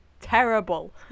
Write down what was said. Terrible